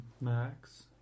max